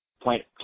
point